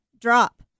drop